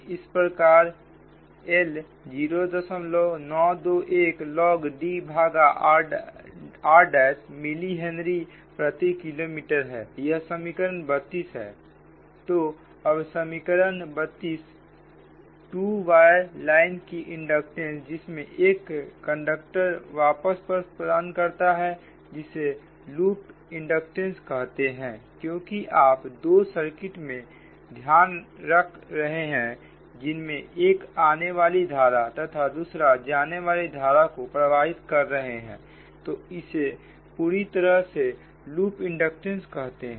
इस प्रकार L 0921 log D भाग r' मिली हेनरी प्रति किलोमीटर है यह समीकरण 32 है तो अब समीकरण 32 टू वायर लाइन की इंडक्टेंस जिसमें एक कंडक्टर वापस पथ प्रदान करता है जिसे लूप इंडक्टेंस कहते हैं क्योंकि आप दो सर्किट को ध्यान में रख रहे हैं जिनमें एक आने वाली धारा तथा दूसरा जाने वाली धारा को प्रवाहित कर रहे हैं तो इसे पूरी तरह से लूप इंडक्टेंस कहते हैं